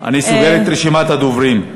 אני סוגר את רשימת הדוברים.